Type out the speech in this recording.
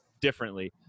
differently